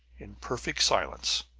in perfect silence,